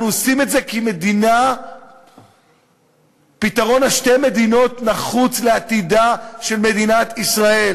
אנחנו עושים את זה כי פתרון שתי המדינות נחוץ לעתידה של מדינת ישראל.